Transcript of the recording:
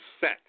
set